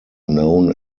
known